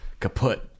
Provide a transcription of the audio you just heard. kaput